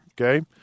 okay